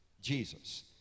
Jesus